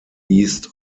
east